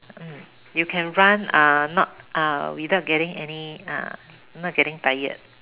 mm you can run uh not uh without getting any uh not getting tired